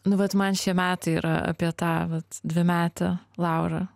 nu vat man šie metai yra apie tą vat dvimetę laurą